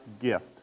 gift